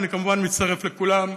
ואני כמובן מצטרף לכולם,